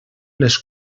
les